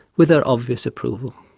with her obvious approval.